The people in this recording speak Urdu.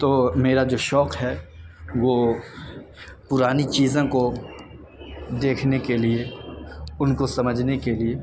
تو میرا جو شوق ہے وہ پرانی چیزوں کو دیکھنے کے لیے ان کو سمجھنے کے لیے